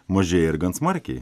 mažėja ir gan smarkiai